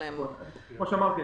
כמו שאמרתי,